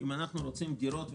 אם אנחנו רוצים דירות ושיווקים,